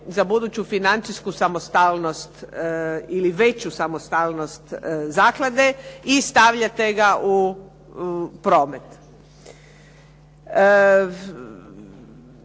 za buduću financijsku samostalnost, ili veću samostalnost zaklade i stavljate ga u promet.